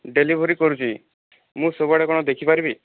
delivery କରୁଛି ମୁଁ ସବୁ ଆଡ଼େ କଣ ଦେଖିପାରିବି